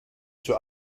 zur